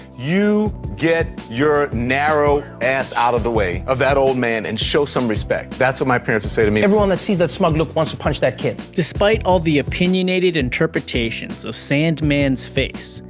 you get your narrow ass out of the way of that old man and show some respect. that's what my parents would say to me. everyone that sees that smug look wants to punch that kid. despite all the opinionated interpretations of sandmann's face,